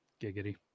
giggity